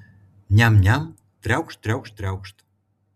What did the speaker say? niam niam triaukšt triaukšt triaukšt